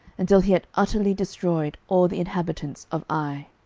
until he had utterly destroyed all the inhabitants of ai.